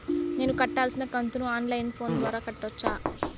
నేను కట్టాల్సిన కంతును ఆన్ లైను ఫోను ద్వారా కట్టొచ్చా?